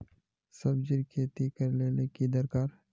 सब्जी खेती करले ले की दरकार?